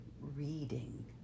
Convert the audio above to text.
reading